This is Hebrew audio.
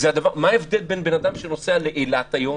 מה ההבדל בין בן אדם שנוסע לאילת היום